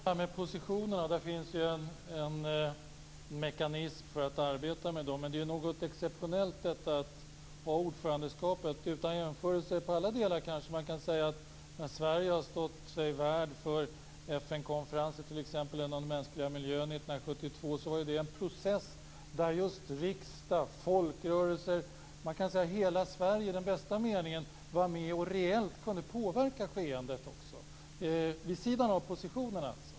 Fru talman! Jag förstår det här med positionerna. Det finns ju en mekanism för att arbeta med dem men det är något exceptionellt att ha ordförandeskapet. Utan jämförelse vad gäller alla delar kanske kan man säga att det, när Sverige stått som värd för FN konferenser, t.ex. om den mänskliga miljön 1972, varit en process där just riksdag, folkrörelser, ja, hela Sverige i bästa mening var med och reellt kunde påverka skeendet - vid sidan av positionerna.